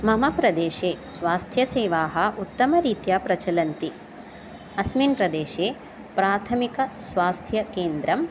मम प्रदेशे स्वास्थ्यसेवाः उत्तमरीत्या प्रचलन्ति अस्मिन् प्रदेशे प्राथमिकस्वास्थ्यकेन्द्रम्